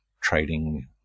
trading